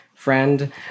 friend